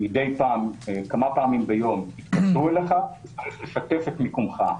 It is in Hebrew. כמה פעמים ביום יתקשרו אליך, שתף את מיקומך.